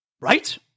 right